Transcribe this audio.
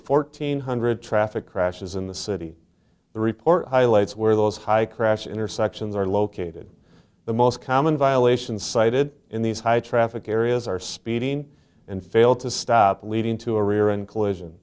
fourteen hundred traffic crashes in the city the report highlights where those high crash intersections are located the most common violations cited in these high traffic areas are speeding and fail to stop leading to a rear end collision